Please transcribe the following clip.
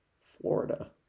Florida